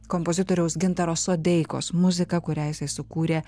kompozitoriaus gintaro sodeikos muzika kurią jisai sukūrė